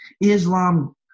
Islam